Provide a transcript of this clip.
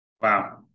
wow